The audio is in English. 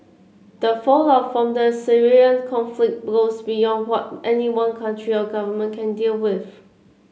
the fallout from the Syrian conflict goes beyond what any one country or government can deal with